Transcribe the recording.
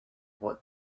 what